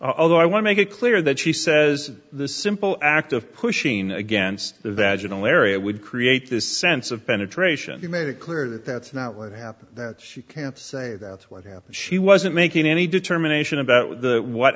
although i want to make it clear that she says the simple act of pushing against that gentle area would create this sense of penetration you made it clear that that's not what happened that she can't say that what happened she wasn't making any determination about with what